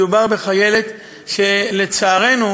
מדובר בחיילת שלצערנו,